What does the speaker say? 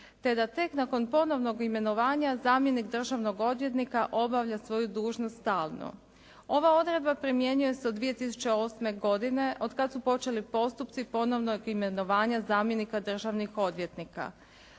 te da tek nakon ponovnog imenovanja zamjenik državnog odvjetnika obavlja svoju dužnost stalno. Ova odredba primjenjuje se od 2008. godine od kada su počeli postupci ponovnog imenovanja zamjenika državnog odvjetnika.